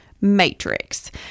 Matrix